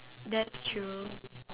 that's true